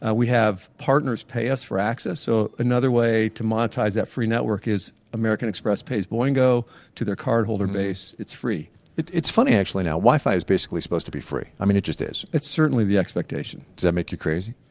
ah we have partners pay us for access. so another way to monetize that free network is american express pays boingo to their cardholder base, it's free it's it's funny actually now, wi-fi is basically supposed to be free. i mean it just is it's certainly the expectation does that make you crazy?